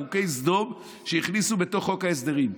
זה חוק סדום שהכניסו בתוך חוק ההסדרים,